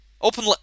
Open